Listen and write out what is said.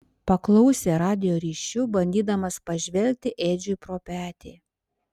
paklausė radijo ryšiu bandydamas pažvelgti edžiui pro petį